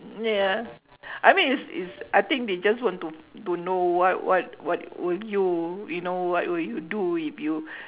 ya I mean it's it's I think they just want to to know what what what will you you know what will you do if you